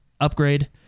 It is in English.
upgrade